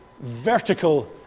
vertical